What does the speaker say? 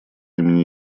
имени